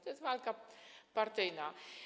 To jest walka partyjna.